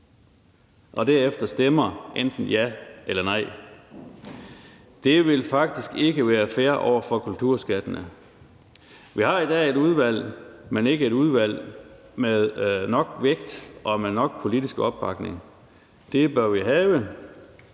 og derefter stemmer enten ja eller nej. Det vil faktisk ikke være fair i forhold til kulturskattene. Vi har i dag et udvalg, men ikke et udvalg med nok vægt og med nok politisk opbakning. Det bør vi have.